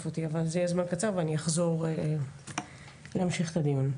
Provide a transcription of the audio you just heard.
אבל זה יהיה זמן קצר ואני אחזור להמשיך את הדיון,